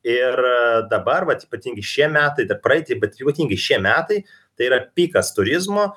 ir dabar vat ypatingi šie metai dar praeiti bet ypatingi šie metai tai yra pikas turizmo